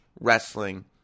wrestling